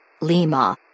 Lima